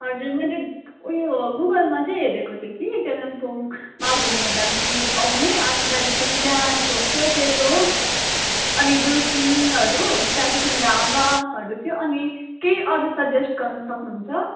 हजुर मैले उयो गुगलमा चाहिँ हेरेको थिएँ कि कालिम्पोङमा घुम्नु लागि आउने अनि त्यहाँदेखि त्यहाँ छेउछाउ डेलो अनि दुर्पिनहरू त्यहाँदेखि लाभाहरू थियो अनि केही अरू सजेस्ट गर्न सक्नुहुन्छ